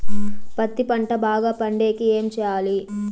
పత్తి పంట బాగా పండే కి ఏమి చెయ్యాలి?